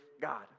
God